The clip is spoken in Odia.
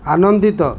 ଆନନ୍ଦିତ